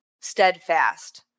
steadfast